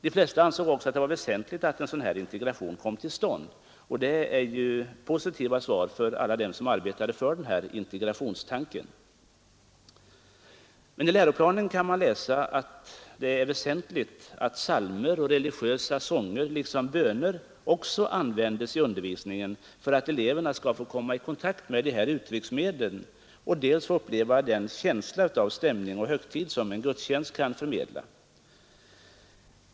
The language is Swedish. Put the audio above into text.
De flesta ansåg också att det var väsentligt att den här integrationen kom till stånd — och det är positiva svar för alla dem som arbetade för integrationstanken. Men i läroplanen kan man läsa att det är väsentligt att psalmer och religiösa sånger liksom böner också används i undervisningen dels för att eleverna skall få komma i kontakt med de uttrycksmedlen, dels för att de skall få uppleva den känsla av stämning och högtid som en gudstjänst kan förmedla.